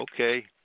okay